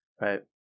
Right